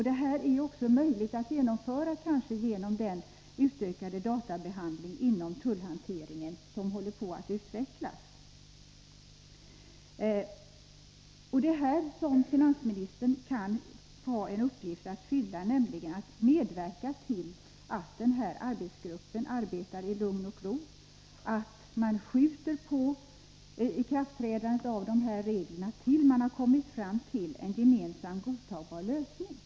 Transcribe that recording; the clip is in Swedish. Det är kanske möjligt att genomföra med hjälp av den utökade databehandling inom tullhanteringen som håller på att utvecklas. Det är här som finansministern kan ha en uppgift att fylla. Finansministern kan nämligen medverka till att denna arbetsgrupp får arbeta i lugn och ro genom att man skjuter på ikraftträdandet av dessa regler till dess att gruppen har kommit fram till en gemensam, godtagbar lösning.